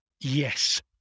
Yes